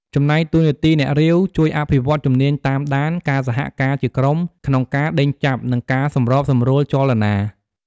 ចំណែកតួនាទីអ្នករាវ ជួយអភិវឌ្ឍជំនាញតាមដាន ការសហការជាក្រុម ក្នុងការដេញចាប់ និងការសម្របសម្រួលចលនា។